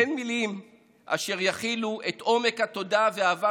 אין מילים אשר יכילו את עומק התודה והאהבה